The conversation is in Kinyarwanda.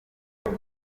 njye